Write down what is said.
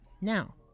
now